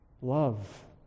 Love